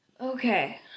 Okay